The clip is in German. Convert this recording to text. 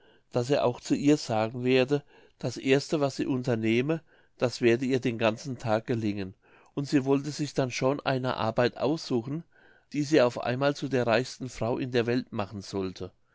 daß er auch zu ihr sagen werde das erste was sie unternehme das werde ihr den ganzen tag gelingen und sie wollte sich dann schon eine arbeit aussuchen die sie auf einmal zu der reichsten frau in der welt machen sollte